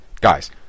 Guys